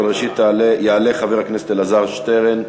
אבל ראשית יעלה חבר הכנסת אלעזר שטרן.